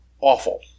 awful